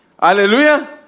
hallelujah